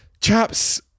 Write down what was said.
Chaps